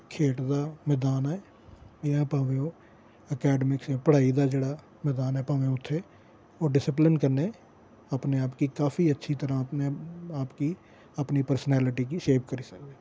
खेढ दा मैदान ऐ जां भामें ओह् अकैडमिक्स पढ़ाई दा जेह्ड़ा मैदान ऐ भामें उत्थै ओह् डिस्सिपलिन कन्नै अपने आप गी काफी अच्छी तरह् अपने आप गी अपनी प्रसनैलिटी गी शेप करी सकदे न